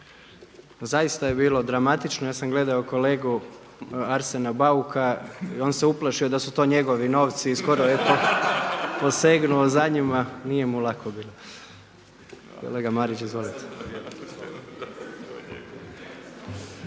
Zaista je bilo dramatično, ja sam gledao kolegu Arsena Bauka i on se uplašio da su to njegovi novci i skoro je posebnu za njima. Nije mu lako bilo. Kolega Marić izvolite.